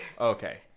Okay